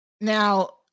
now